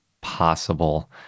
possible